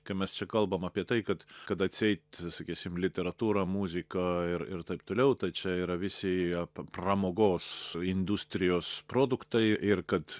kai mes čia kalbam apie tai kad kad atseit sakysim literatūra muzika ir ir taip toliau tai čia yra visi pramogos industrijos produktai ir kad